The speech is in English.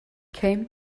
came